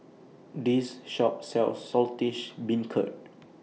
This Shop sells Saltish Beancurd